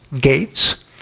gates